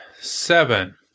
Seven